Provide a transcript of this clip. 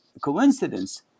coincidence